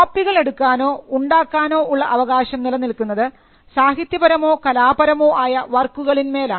കോപ്പികൾ എടുക്കാനോ ഉണ്ടാക്കാനോ ഉള്ള അവകാശം നിലനിൽക്കുന്നത് സാഹിത്യപരമോ കലാപരമോ ആയ വർക്കുകളിന്മേലാണ്